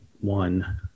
One